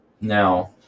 now